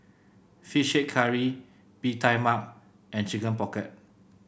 fish head curry Bee Tai Mak and Chicken Pocket